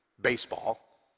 baseball